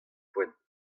poent